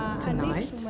tonight